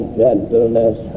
gentleness